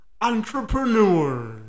entrepreneur